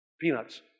peanuts